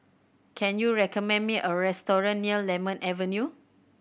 can you recommend me a restaurant near Lemon Avenue